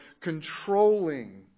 controlling